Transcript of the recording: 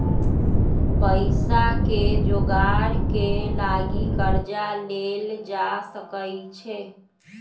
पइसाके जोगार के लागी कर्जा लेल जा सकइ छै